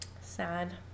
Sad